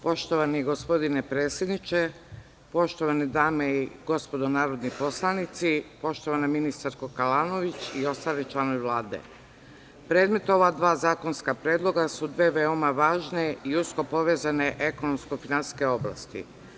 Poštovani gospodine predsedniče, poštovane dame i gospodo narodni poslanici, poštovana ministarko Kalanović i ostali članovi Vlade, predmet ova dva zakonska predloga su dve veoma važne i usko povezane ekonomske-finansijske oblasti.